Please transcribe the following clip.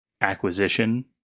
acquisition